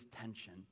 tension